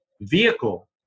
vehicle